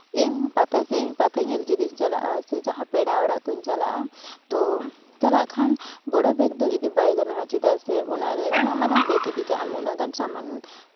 ᱤᱧ ᱯᱟᱛᱟ ᱪᱮ ᱯᱟᱛᱟᱧᱮᱞ ᱡᱩᱫᱤᱧ ᱪᱟᱞᱟᱜᱼᱟ ᱥᱮ ᱡᱟᱦᱟᱸ ᱯᱮᱲᱟ ᱚᱲᱟᱜ ᱠᱚᱧ ᱪᱟᱞᱟᱜᱼᱟ ᱛᱳ ᱪᱟᱞᱟᱜ ᱠᱷᱟᱱ ᱵᱚᱲᱚ ᱵᱮᱜᱽ ᱫᱚ ᱤᱫᱤ ᱵᱟᱭ ᱜᱟᱱᱚᱜᱼᱟ ᱪᱮᱫᱟᱜ ᱥᱮ ᱚᱱᱟᱨᱮ ᱩᱱᱟᱹᱜ ᱢᱟᱨᱟᱝ ᱵᱮᱜᱽ ᱤᱫᱤ ᱠᱟᱜ ᱟᱢ ᱩᱱᱟᱜ ᱜᱟᱱ ᱥᱟᱢᱟᱱ